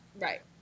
Right